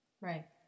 Right